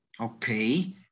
Okay